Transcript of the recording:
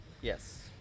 Yes